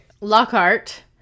lockhart